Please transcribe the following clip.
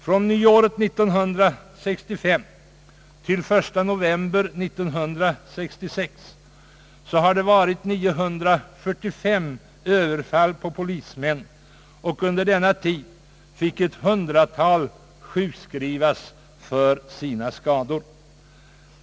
Från nyåret 1965 till den 1 november 1966 har överfall på polismän skett vid 945 tillfällen och under denna tid har ett 100-tal polismän fått sjukskrivas för sina skador.